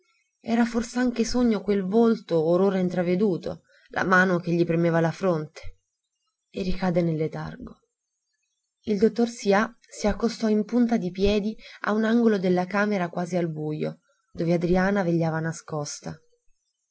accaduto era fors'anche sogno quel volto or ora intraveduto la mano che gli premeva la fronte e ricadde nel letargo il dottor sià si accostò in punta di piedi a un angolo della camera quasi al bujo dove adriana vegliava nascosta